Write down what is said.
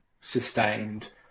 sustained